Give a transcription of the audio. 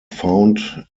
found